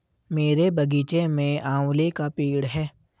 मेरे बगीचे में आंवले का पेड़ है